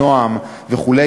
"נועם" וכו',